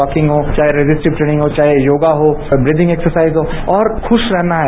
walking हो चाहे resisting training हो चाहे योगा हो ब्रिदिंग एक्सरसाइज हो और खुश रहना है